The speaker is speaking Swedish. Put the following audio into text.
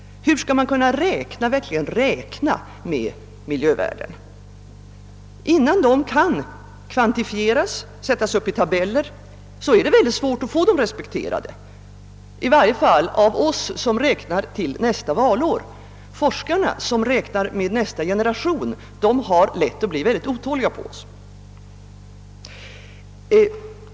Hur skall man kunna räkna, verkligen räkna, med miljövärden? Innan de kan kvantifieras och sättas upp i tabeller är det svårt att få dem respekterade, i varje fall av oss, som räknar till nästa valår. Forskarna, som räknar till nästa generation, har därför lätt att bli otåliga på oss.